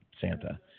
Santa